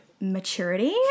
maturity